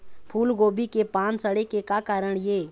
फूलगोभी के पान सड़े के का कारण ये?